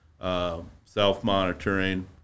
self-monitoring